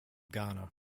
ghana